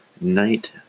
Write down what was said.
night